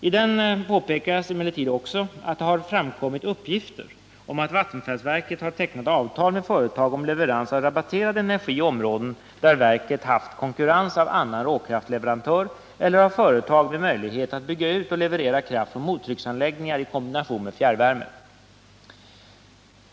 I den påpekas emellertid också att det har ”framkommit uppgifter” om att vattenfallsverket har tecknat avtal med företag om leverans av rabatterad energi i områden där verket haft konkurrens av annan råkraftleverantör eller av företag med möjlighet att bygga ut och leverera kraft från mottrycksanläggningar i kombination med fjärrvärme.